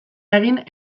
egin